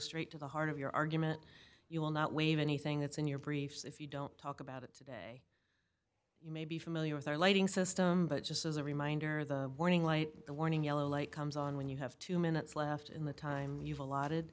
straight to the heart of your argument you will not waive anything that's in your briefs if you don't talk about it today you may be familiar with our lighting system but just as a reminder the warning light the warning yellow light comes on when you have two minutes left in the time you've allotted